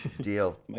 Deal